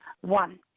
one